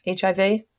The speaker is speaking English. HIV